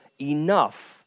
enough